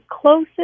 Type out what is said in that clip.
closest